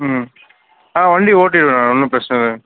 ம் ஆ வண்டி ஓட்டிடுவேன் ஒன்றும் பிரச்சனை இல்லை